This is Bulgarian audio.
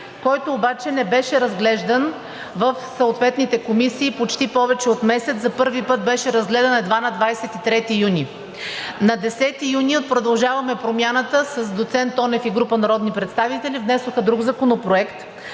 който обаче не беше разглеждан в съответните комисии почти повече от месец. За първи път беше разгледан едва на 23 юни. На 10 юни от „Продължаваме Промяната“ с доцент Тонев и група народни представители внесоха друг законопроект,